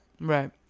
Right